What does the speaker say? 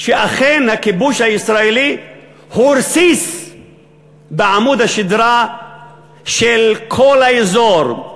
שאכן הכיבוש הישראלי הוא רסיס בעמוד השדרה של כל האזור.